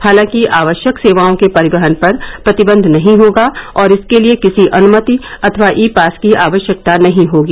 हालांकि आवश्यक सेवाओं के परिवहन पर प्रतिबंध नही होगा और इसके लिए किसी अनुमति अथवा ई पास की आवश्यकता नहीं होगी